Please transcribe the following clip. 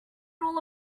all